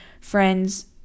friends